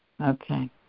Okay